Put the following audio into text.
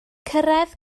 cyrraedd